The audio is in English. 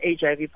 HIV